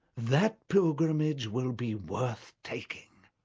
that pilgrimage will be worth taking.